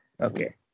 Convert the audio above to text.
okay